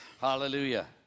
Hallelujah